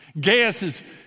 Gaius